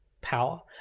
power